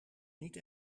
niet